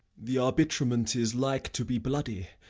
the arbitrement is like to be bloody.